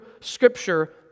Scripture